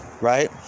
Right